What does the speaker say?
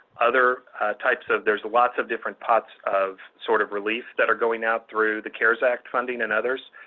other types of there's lots of different pots of sort of relief that are going out through the cares act funding and others,